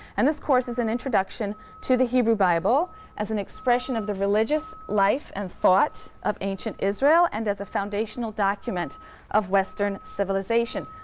and this course is an introduction to the hebrew bible as an expression of the religious life and thought of ancient israel and as a foundational document of western civilization.